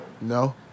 No